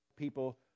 People